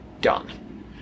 done